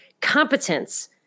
competence